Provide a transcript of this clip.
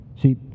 See